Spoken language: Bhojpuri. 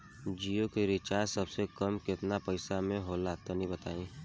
जियो के रिचार्ज सबसे कम केतना पईसा म होला तनि बताई?